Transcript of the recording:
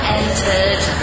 entered